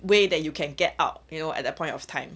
way that you can get out you know at that point of time